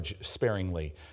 sparingly